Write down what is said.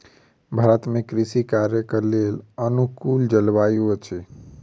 भारत में कृषि कार्यक लेल अनुकूल जलवायु अछि